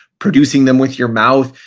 producing them with your mouth,